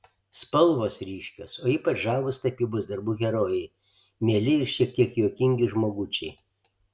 spalvos ryškios o ypač žavūs tapybos darbų herojai mieli ir šiek tiek juokingi žmogučiai